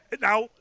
Now